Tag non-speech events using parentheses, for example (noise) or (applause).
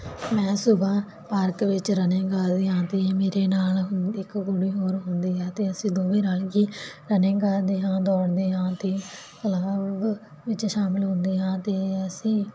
ਮੈਂ ਸੁਬਹ ਪਾਰਕ ਵਿੱਚ ਰਨਿੰਗ ਕਰਨ ਜਾਦੀ ਹਾਂ ਮੇਰੇ ਨਾਲ ਇੱਕ ਕੁੜੀ ਹੋਰ ਹੁੰਦੀ ਆ ਤੇ ਅਸੀਂ ਦੋਵੇਂ ਰਲ ਕੇ ਰਨਿੰਗ ਕਰਦੇ ਹਾਂ ਦੌੜਦੇ ਹਾਂ ਤੇ (unintelligible) ਵਿੱਚ ਸ਼ਾਮਿ ਹੁੰਦੇ ਹਾਂ ਤੇ ਅਸੀਂ